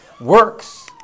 works